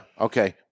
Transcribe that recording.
Okay